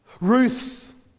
Ruth